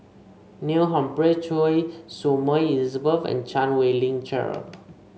Neil Humphreys Choy Su Moi Elizabeth and Chan Wei Ling Cheryl